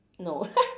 no